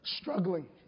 Struggling